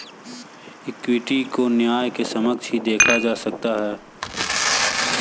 equity को न्याय के समक्ष ही देखा जा सकता है